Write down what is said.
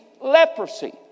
leprosy